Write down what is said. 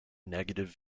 negative